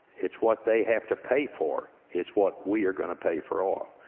it's what they have to pay for is what we are going to pay for oil.